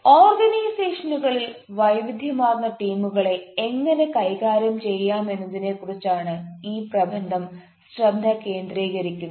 ഓർഗനൈസേഷനുകളിൽ വൈവിധ്യമാർന്ന ടീമുകളെ എങ്ങനെ കൈകാര്യം ചെയ്യാമെന്നതിനെക്കുറിച്ചാണ് ഈ പ്രബന്ധം ശ്രദ്ധ കേന്ദ്രീകരിക്കുന്നത്